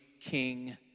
king